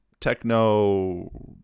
techno